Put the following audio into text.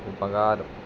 ഉപകാരം